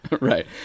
Right